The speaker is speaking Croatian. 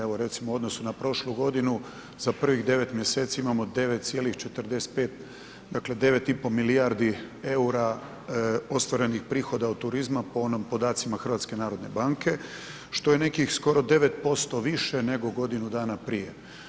Evo recimo u odnosu na prošlu godinu za prvih 9 mjeseci imamo 9,45 dakle 9,5 milijardi EUR-a ostvarenih prihoda od turizma po podacima HNB-a, što je nekih skoro 9% više nego godinu dana prije.